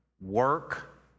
work